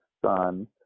son